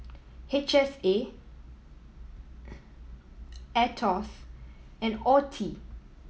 H S A Aetos and Oeti